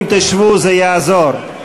אם תשבו זה יעזור.